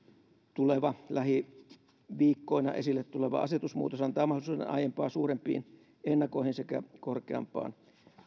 lähiviikkoina esille tuleva asetusmuutos antaa mahdollisuuden aiempaa suurempiin ennakoihin sekä korkeampaan